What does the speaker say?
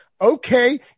okay